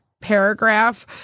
paragraph